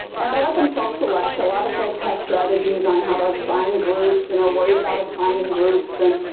and i let them self-select. a lot of folks have strategies on how to assign groups and are worried about assigning groups. and